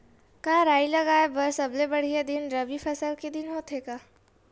का राई लगाय बर सबले बढ़िया दिन रबी फसल के दिन होथे का?